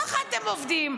ככה אתם עובדים.